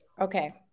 Okay